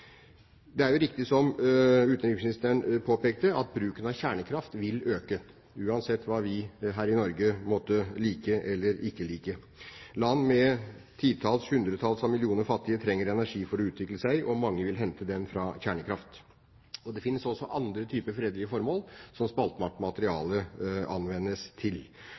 Det er jo riktig, som utenriksministeren påpekte, at bruken av kjernekraft vil øke, uansett hva vi her i Norge måtte like eller ikke like. Land med titalls, hundretalls av millioner fattige trenger energi for å utvikle seg, og mange vil hente den fra kjernekraft. Det finnes også andre typer fredelige formål som spaltbart materiale anvendes til.